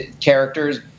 characters